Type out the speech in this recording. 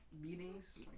Meetings